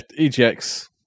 EGX